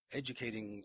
educating